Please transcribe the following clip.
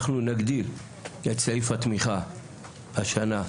אנחנו נגדיל את סעיף התמיכה השנה,